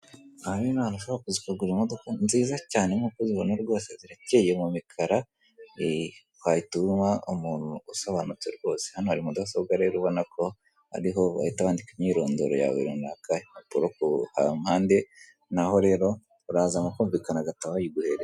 Aha rero n'ahantu waza ukagurira imodoka nziza cyane nkuko zibona rwose zirakeye mu mikara watuma umuntu usobanutse rwose hano hari mudasobwa rero ubona ko ariho bahita bandika imyirondoro yawe runaka impapuro hapande naho rero uraza nokumvikana bagahita bayiguhereza.